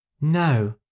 No